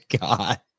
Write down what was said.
God